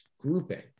grouping